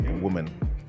woman